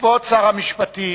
כבוד שר המשפטים